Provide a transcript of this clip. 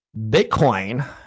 Bitcoin